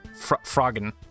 Froggen